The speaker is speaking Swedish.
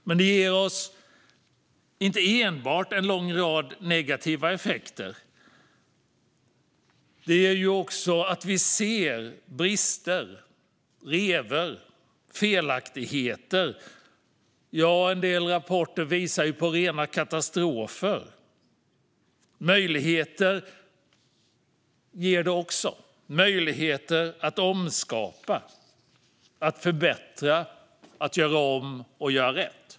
Men det ger oss inte enbart en lång rad negativa effekter, utan vi ser också brister, revor och felaktigheter. En del rapporter visar på rena katastrofer. Men möjligheter ger den också. Det är möjligheter att omskapa, förbättra, göra om och göra rätt.